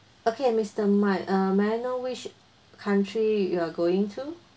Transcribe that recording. okay and mister mike uh may I know which country you are going to